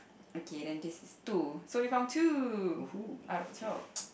okay then this is two so we have found two out of twelve